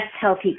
healthy